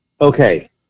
Okay